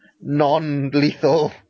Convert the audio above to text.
non-lethal